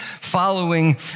following